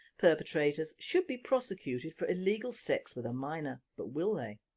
perpetrators should be prosecuted for illegal sex with a minor but will they?